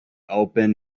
open